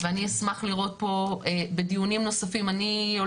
ואני אשמח לראות את זה פה בדיונים נוספים,